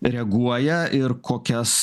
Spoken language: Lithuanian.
reaguoja ir kokias